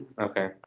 Okay